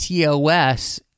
TOS